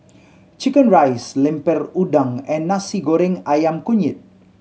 chicken rice Lemper Udang and Nasi Goreng Ayam Kunyit